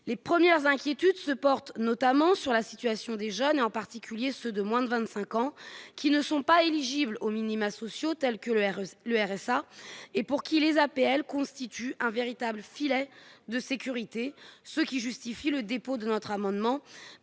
les premières inquiétudes se portent notamment sur la situation des jeunes et en particulier ceux de moins de 25 ans, qui ne sont pas éligibles aux minima sociaux tels que le RMI, le RSA et pour qui les APL constitue un véritable filet de sécurité, ce qui justifie le dépôt de notre amendement